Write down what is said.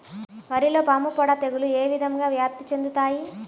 వరిలో పాముపొడ తెగులు ఏ విధంగా వ్యాప్తి చెందుతాయి?